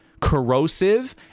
corrosive